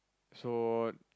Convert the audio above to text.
so